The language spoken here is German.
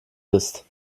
bist